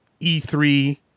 E3